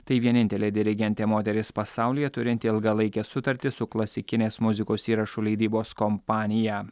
tai vienintelė dirigentė moteris pasaulyje turinti ilgalaikes sutartis su klasikinės muzikos įrašų leidybos kompanija